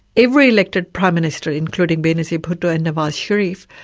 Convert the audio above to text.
every elected prime minister, including benazir bhutto and nawar sharif,